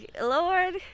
lord